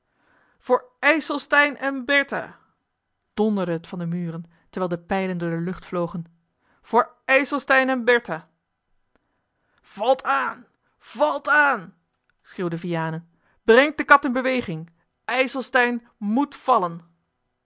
voor ijselstein en bertha donderde het van de muren terwijl de pijlen door de lucht vlogen voor ijselstein en bertha valt aan valt aan schreeuwde vianen brengt de kat in beweging ijselstein moet vallen